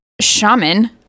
shaman